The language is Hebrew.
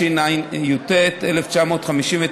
התשי"ט 1959,